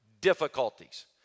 difficulties